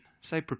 Say